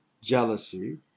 jealousy